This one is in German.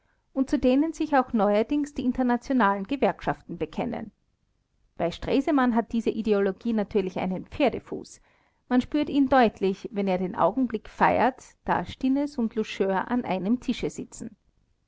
und zu denen sich auch neuerdings die internationalen gewerkschaften bekennen bei stresemann hat diese ideologie natürlich einen pferdefuß man spürt ihn deutlich wenn er den augenblick feiert da stinnes und loucheur an einem tische sitzen